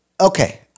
Okay